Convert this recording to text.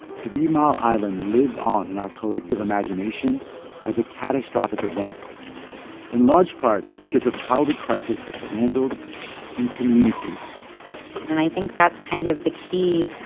three mile island lives on in our collective imagination as a catastrophic event in large part because of how the crisis was handled and communicated and i think that's kind of the key